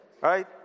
right